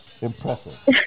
Impressive